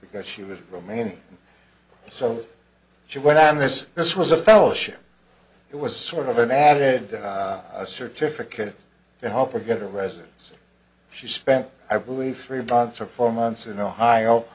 because she was romanian so she went on this this was a fellowship it was sort of an added a certificate to help her get a resident so she spent i believe three votes for four months in ohio